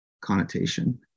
connotation